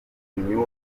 kujugunya